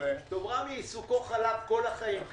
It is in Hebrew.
רמי עיסוקו חלב כל החיים.